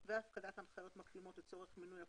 והפקדת הנחיות מקדימות לצורך מינוי אפוטרופוס.